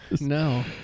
No